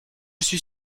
suis